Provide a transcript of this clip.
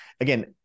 again